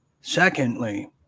Secondly